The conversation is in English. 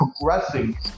progressing